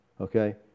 Okay